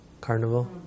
carnival